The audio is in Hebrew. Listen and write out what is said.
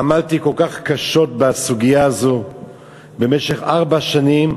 עמלתי קשות בסוגיה הזו במשך ארבע שנים,